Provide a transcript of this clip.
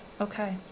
Okay